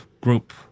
group